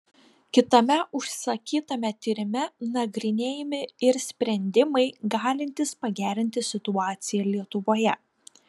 kitame užsakytame tyrime nagrinėjami ir sprendimai galintys pagerinti situaciją lietuvoje